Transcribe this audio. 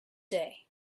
day